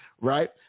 right